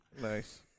Nice